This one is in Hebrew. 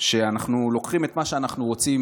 שאנחנו לוקחים את מה שאנחנו רוצים